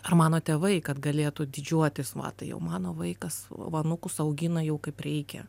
ar mano tėvai kad galėtų didžiuotis va tai jau mano vaikas va anūkus augina jau kaip reikia